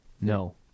No